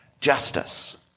justice